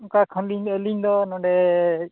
ᱚᱠᱟ ᱠᱷᱚᱱ ᱞᱤᱧ ᱟᱹᱞᱤᱧ ᱫᱚ ᱱᱚᱰᱮ